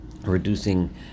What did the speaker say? reducing